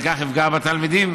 וזה יפגע בתלמידים.